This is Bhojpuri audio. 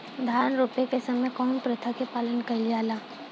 धान रोपे के समय कउन प्रथा की पालन कइल जाला?